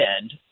end